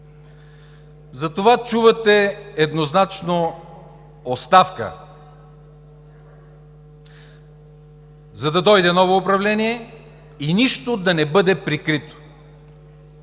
Затова чувате еднозначно: „Оставка!“, за да дойде ново управление и нищо да не бъде прикрито.